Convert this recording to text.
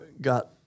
got